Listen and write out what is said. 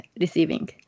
receiving